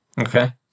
okay